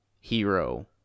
hero